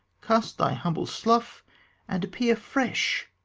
cast thy humble slough and appear fresh.